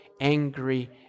angry